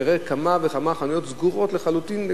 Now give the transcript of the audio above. תראה כמה וכמה חנויות סגורות לחלוטין,